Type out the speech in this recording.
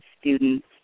students